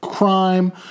crime